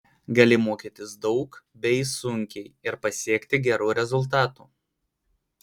gali mokytis daug bei sunkiai ir pasiekti gerų rezultatų